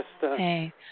Hey